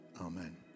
Amen